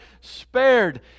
spared